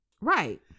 Right